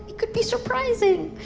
could be surprising.